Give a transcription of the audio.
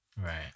Right